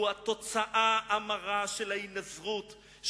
הוא התוצאה המרה של ההינזרות,